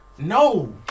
No